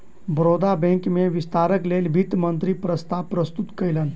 Baroda bank में विस्तारक लेल वित्त मंत्री प्रस्ताव प्रस्तुत कयलैन